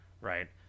Right